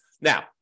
Now